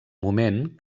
moment